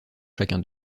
chacun